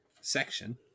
section